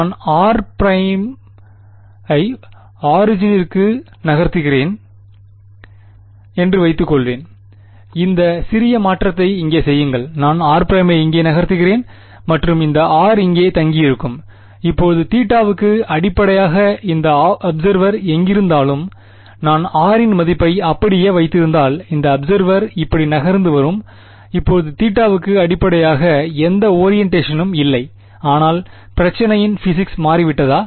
நான் r′ ஐ ஆரிஜினிற்கு ற்கு நகர்த்துகிறேன் என்று வைத்துக்கொள்வேன் இந்த சிறிய மாற்றத்தை இங்கே செய்யுங்கள் நான் r′ ஐ இங்கே நகர்த்துகிறேன் மற்றும் இந்த r இங்கே தங்கி யிருக்கும் இப்போது தீட்டாவுக்கு அடிப்படையாக இந்த அப்செர்வேர் எங்கிருந்தாலும் நான் r இன் மதிப்பை அப்படியே வைத்திருந்தால் இந்த அபிசேர்வேர் இப்படி நகர்ந்து வரும் இப்போது தீட்டா வுக்கு அடிப்படையாக எந்த ஒரியண்டேஷனும் இல்லை ஆனால் பிரச்சினையின் பிசிக்ஸ் மாறிவிட்டதா